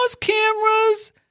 cameras